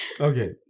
okay